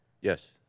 Yes